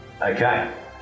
Okay